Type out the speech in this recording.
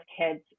kids